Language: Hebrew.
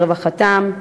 לרווחתם,